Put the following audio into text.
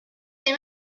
les